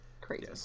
crazy